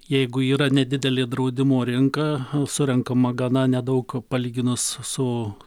jeigu yra nedidelė draudimo rinka surenkama gana nedaug palyginus su